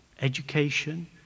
education